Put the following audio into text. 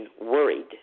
worried